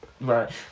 Right